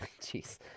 Jeez